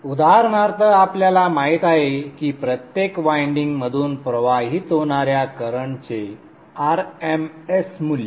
उदाहरणार्थ आपल्याला माहित आहे की प्रत्येक वायंडिंगमधून प्रवाहित होणार्या करंटचे r m s मूल्य